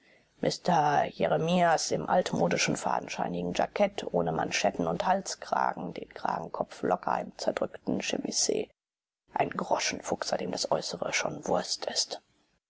mr jeremias im altmodischen fadenscheinigen jackett ohne manschetten und halskragen den kragenkopf locker im zerdrückten chemisett ein groschenfuchser dem das äußere schon wurst ist